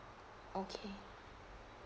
okay